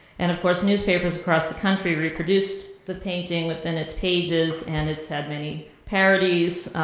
and of course newspapers across the country reproduced the painting within its pages and its had many parodies.